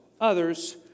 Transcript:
others